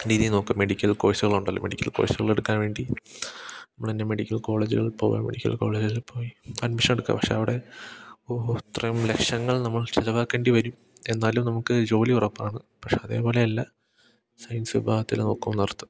രീതി നോക്കാ മെഡിക്കൽ കോഴ്സുകളൊണ്ടല്ലോ മെഡിക്കൽ കോഴ്സുകളെടുക്കാൻ വേണ്ടി നമ്മൾ എൻ്റെ മെഡിക്കൽ കോളേജുകളിൽ പോവാ മെഡിക്കൽ കോളേജുകളിൽ പോയി അഡ്മിഷൻ എടുക്കാം പക്ഷേ അവിടെ ഓ ഇത്രയും ലക്ഷങ്ങൾ നമ്മൾ ചിലവാക്കേണ്ടി വരും എന്നാലും നമുക്ക് ജോലി ഉറപ്പാണ് പക്ഷേ അതേപോലെ അല്ല സയൻസ് വിഭാഗത്തിൽ നോക്കും നിർത്ത്